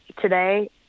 today